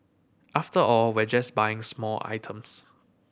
after all we're just buying small items